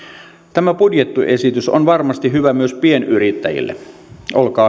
tämä budjettisesitys on varmasti hyvä myös pienyrittäjille olkaa